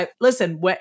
Listen